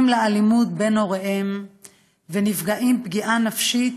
לאלימות בין הוריהם ונפגעים פגיעה נפשית,